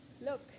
Look